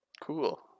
Cool